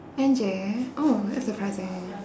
N_J oh that's surprising